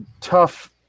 tough